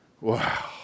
Wow